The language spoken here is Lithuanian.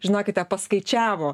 žinokite paskaičiavo